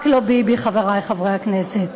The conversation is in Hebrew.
רק לא ביבי, חברי חברי הכנסת.